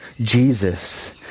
Jesus